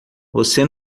você